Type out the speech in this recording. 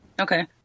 Okay